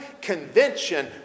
convention